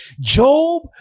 Job